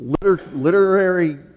literary